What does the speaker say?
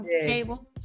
cable